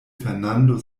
fernando